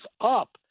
up